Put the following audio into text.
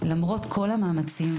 למרות כל המאמצים,